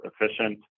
efficient